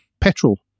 petrol